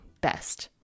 best